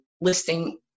listing